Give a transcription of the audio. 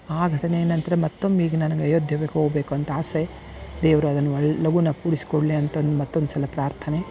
ಆ ಘಟನೆಯ ನಂತರ ಮತೊಮ್ಮೆ ಈಗ ನನ್ಗೆ ಅಯೋಧ್ಯೆಗೆ ಹೊಗಬೇಕಂತ ಆಸೆ ದೇವ್ರು ಅದನ್ನ ಒಳ್ಳೆಯ ಲಘೂನ ಕೂಡಿಸಿ ಕೊಡಲಿ ಅಂತ ಮತ್ತೊಂದು ಸಲ ಪ್ರಾರ್ಥನೆ